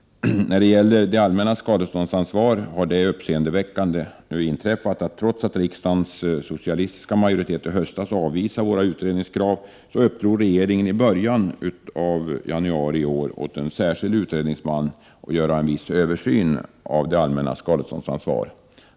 När det gäller det allmännas skadeståndsansvar har det uppseendeväckande nu inträffat att regeringen, trots att riksdagens socialistiska majoritet i höstas avvisade våra utredningskrav, i början av detta år uppdrog åt en särskild utredningsman att göra en viss översyn av det allmännas skadeståndsansvar.